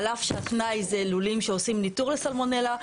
על אף שהתנאי זה לולים שעושים ניטור לסלמונלה.